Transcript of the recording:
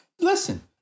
listen